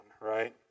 right